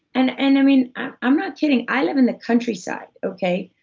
and and i mean, i'm not kidding i live in the countryside, okay,